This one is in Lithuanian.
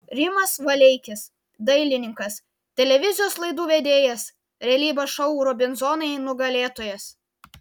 rimas valeikis dailininkas televizijos laidų vedėjas realybės šou robinzonai nugalėtojas